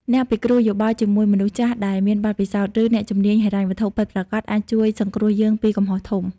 ការពិគ្រោះយោបល់ជាមួយមនុស្សចាស់ដែលមានបទពិសោធន៍ ឬអ្នកជំនាញហិរញ្ញវត្ថុពិតប្រាកដ អាចជួយសង្គ្រោះយើងពីកំហុសធំ។